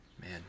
Man